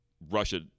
Russia